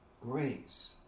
grace